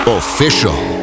official